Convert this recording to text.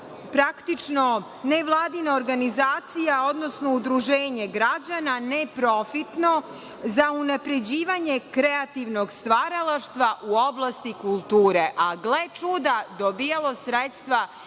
praktično, nevladina organizacija, odnosno udruženje građana, neprofitno, za unapređivanje kreativnog stvaralaštva u oblasti kulture, a, gle čuda, dobijalo sredstva